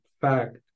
fact